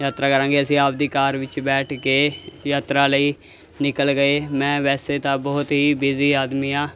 ਯਾਤਰਾ ਕਰਾਂਗੇ ਅਸੀਂ ਆਪਣੀ ਕਾਰ ਵਿੱਚ ਬੈਠ ਕੇ ਯਾਤਰਾ ਲਈ ਨਿਕਲ ਗਏ ਮੈਂ ਵੈਸੇ ਤਾਂ ਬਹੁਤ ਹੀ ਬਿਜ਼ੀ ਆਦਮੀ ਹਾਂ